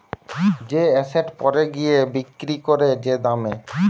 যে এসেট পরে গিয়ে বিক্রি করে যে দামে